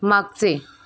मागचे